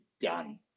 done